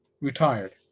retired